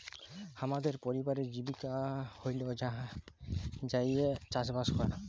হামদের পরিবারের জীবিকা হল্য যাঁইয়ে চাসবাস করা